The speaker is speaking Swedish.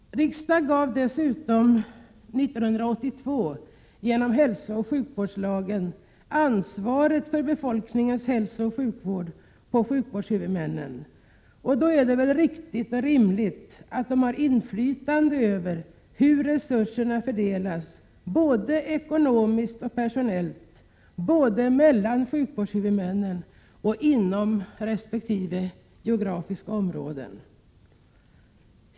Riksdagen gav 1982 genom hälsooch sjukvårdslagen ansvaret för befolkningens hälsooch sjukvård till sjukvårdshuvudmännen. Då är det riktigt och rimligt att dessa också får inflytande över hur resurserna fördelas, både ekonomiskt och personellt, mellan sjukvårdshuvudmännen och inom resp. geografiskt område.